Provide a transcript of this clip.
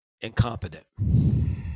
Incompetent